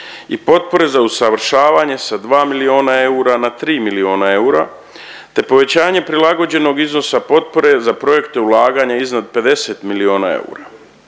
i potpore za usavršavanje sa 2 milijuna eura na 3 milijuna eura te povećanje prilagođenog iznosa potpore za projekte ulaganja iznad 50 milijuna eura,